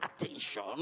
attention